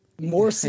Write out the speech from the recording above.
more